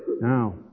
Now